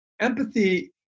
Empathy